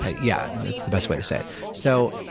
ah yeah and that's the best way to say it. so,